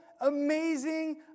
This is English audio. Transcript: amazing